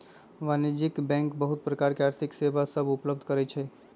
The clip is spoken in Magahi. वाणिज्यिक बैंक बहुत प्रकार के आर्थिक सेवा सभ उपलब्ध करइ छै